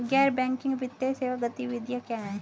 गैर बैंकिंग वित्तीय सेवा गतिविधियाँ क्या हैं?